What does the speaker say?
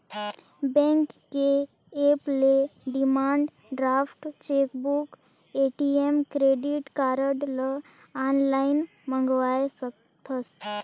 bank के app ले demand draft, chequebook, ATM, credit card ल आनलाइन मंगवाये सकथस